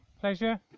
Pleasure